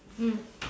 mm